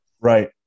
Right